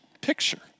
picture